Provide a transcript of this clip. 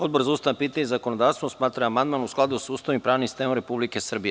Odbor za ustavna pitanja i zakonodavstvo smatra da je amandman u skladu sa Ustavom i pravnim sistemom Republike Srbije.